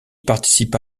participa